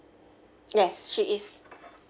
yes she is